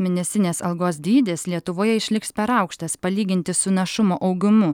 mėnesinės algos dydis lietuvoje išliks per aukštas palyginti su našumo augimu